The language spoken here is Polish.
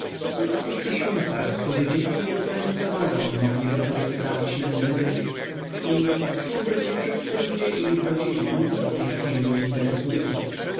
i o tych tysiącach którzy dzięki jego tanim towarom mogliby sobie poprawić nędzny byt i czuł że ci wszyscy ludzie i ich rodziny nic go w tej chwili nie interesują